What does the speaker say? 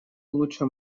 лучше